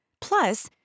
Plus